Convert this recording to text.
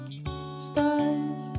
Stars